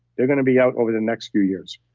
they're going to be out over the next few years